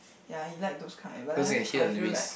ya he like those kind but then I feel like